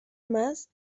más